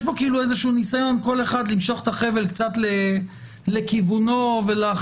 יש פה ניסיון של כל אחד למשוך קצת את החבל לכיוונו ולהכריז.